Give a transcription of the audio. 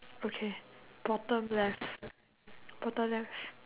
okay bottom left bottom left